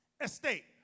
estate